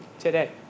Today